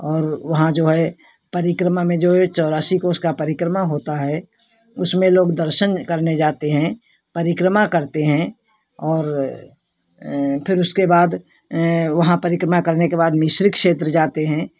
और वहाँ जो है परिक्रमा में जो ये चौरासी कोस का परिक्रमा होता है उसमें लोग दर्शन करने जाते हैं परिक्रमा करते हैं और फिर उसके बाद वहाँ परिक्रमा करने के बाद मिश्रिक क्षेत्र जाते हैं